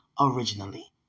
originally